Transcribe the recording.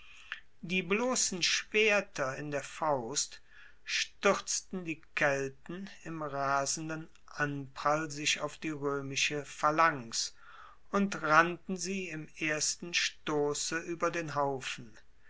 die blossen schwerter in der faust stuerzten die kelten im rasenden anprall sich auf die roemische phalanx und rannten sie im ersten stosse ueber den haufen